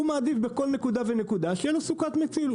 הוא מעדיף שבכל נקודה ונקודה תהיה לו סוכת מציל,